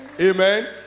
Amen